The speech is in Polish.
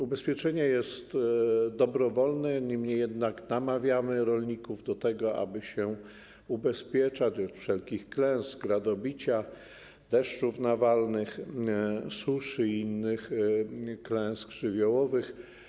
Ubezpieczenie jest dobrowolne, niemniej jednak namawiamy rolników do tego, aby się ubezpieczali od wszelkich klęsk: gradobicia, deszczów nawalnych, suszy i innych klęsk żywiołowych.